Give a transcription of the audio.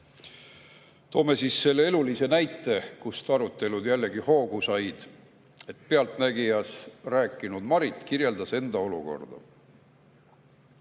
Toome selle elulise näite, millest arutelud jälle hoogu said. "Pealtnägijas" rääkinud Marit kirjeldas enda olukorda.